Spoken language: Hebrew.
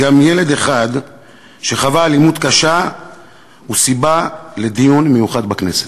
גם ילד אחד שחווה אלימות קשה הוא סיבה לדיון מיוחד בכנסת.